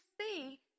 see